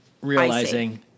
realizing